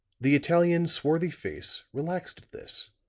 the italian's swarthy face relaxed at this